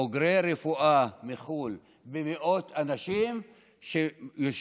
בוגרי רפואה מחו"ל ומאות אנשים יושבים